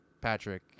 Patrick